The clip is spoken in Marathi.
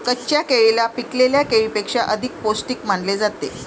कच्च्या केळीला पिकलेल्या केळीपेक्षा अधिक पोस्टिक मानले जाते